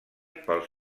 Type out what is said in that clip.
pel